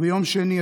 ביום שני,